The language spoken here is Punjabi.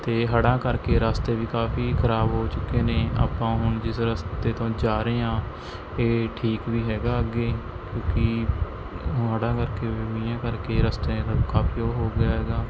ਅਤੇ ਹੜ੍ਹਾਂ ਕਰਕੇ ਰਸਤੇ ਵੀ ਕਾਫ਼ੀ ਖਰਾਬ ਹੋ ਚੁੱਕੇ ਨੇ ਆਪਾਂ ਹੁਣ ਜਿਸ ਰਸਤੇ ਤੋਂ ਜਾ ਰਹੇ ਹਾਂ ਇਹ ਠੀਕ ਵੀ ਹੈਗਾ ਅੱਗੇ ਕਿਉਂਕਿ ਹਂ ਹੜ੍ਹਾਂ ਕਰਕੇ ਵੀ ਮੀਂਹਾਂ ਕਰਕੇ ਰਸਤੇ ਦਾ ਕਾਫ਼ੀ ਓਹ ਹੋ ਗਿਆ ਹੈਗਾ